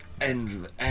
endless